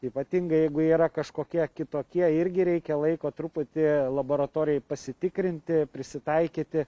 ypatingai jeigu yra kažkokie kitokie irgi reikia laiko truputį laboratorijai pasitikrinti prisitaikyti